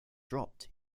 dropped